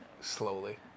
slowly